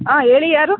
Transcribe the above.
ಹಾಂ ಹೇಳಿ ಯಾರು